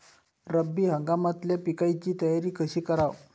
रब्बी हंगामातल्या पिकाइची तयारी कशी कराव?